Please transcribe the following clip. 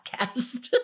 podcast